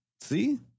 See